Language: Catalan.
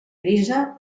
grisa